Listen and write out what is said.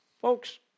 Folks